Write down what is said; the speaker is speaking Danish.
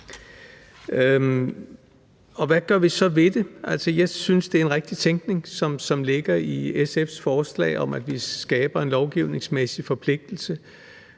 Hvad gør vi så ved det? Altså, jeg synes, det er en rigtig tænkning, som ligger i SF's forslag, om, at vi skaber en lovgivningsmæssig forpligtelse.